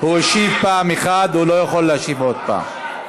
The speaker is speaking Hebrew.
הוא השיב פעם אחת, הוא לא יכול להשיב עוד פעם.